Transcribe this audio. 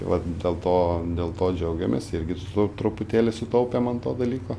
tai vat dėl to dėl to džiaugiamės irgi su truputėlį sutaupėm ant to dalyko